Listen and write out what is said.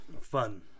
fun